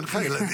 אין לך ילדים.